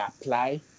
apply